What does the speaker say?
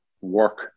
work